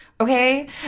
okay